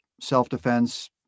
self-defense